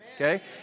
Okay